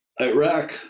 Iraq